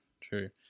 True